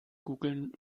googlen